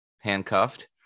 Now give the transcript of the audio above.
handcuffed